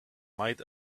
might